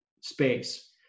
space